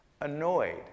annoyed